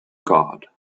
god